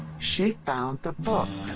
she found the book!